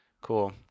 cool